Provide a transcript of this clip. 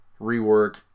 rework